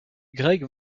greg